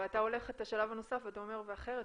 אבל אתה הולך את השלב הנוסף ואתה אומר: אחרת,